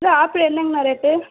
kilo apple என்னங்கண்ணா rate